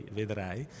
vedrai